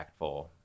impactful